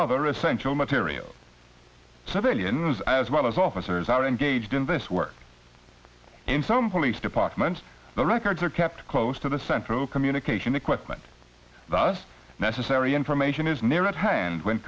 other essential material civilians as well as officers are engaged in this work in some police departments the records are kept close to the central communication equipment the us necessary information is near at hand when